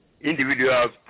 Individuals